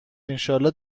انشاالله